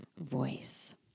voice